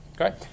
Okay